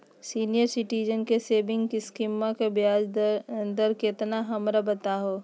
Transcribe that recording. senior citizen के saving स्कीमवा के ब्याज दर कृपया हमरा बताहो